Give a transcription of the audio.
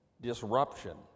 disruption